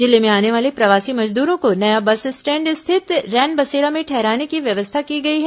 जिले में आने वाले प्रवासी मजदूरों को नया बस स्टैंड स्थित रैनबसेरा में ठहराने की व्यवस्था की गई है